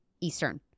Eastern